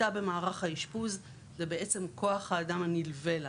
מיטה במערך האישפוז זה בעצם כוח האדם הנלווה לה.